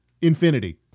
infinity